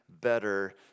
better